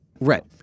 Right